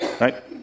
right